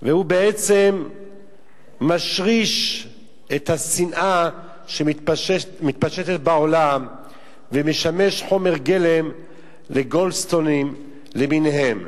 והוא משריש את השנאה שמתפשטת בעולם ומשמש חומר גלם לגולדסטונים למיניהם.